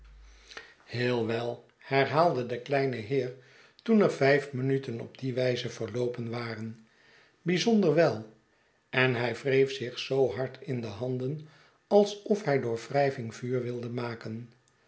heel wel herhaalde de kleine heer toen er vijf minuten op die wijze verloopen waren bijzonder wel en hij wreef zich zoo hard in de handen alsof hij door wrijving vuur wilde maken